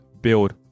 build